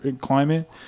climate